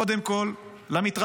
קודם כול למתרפאים,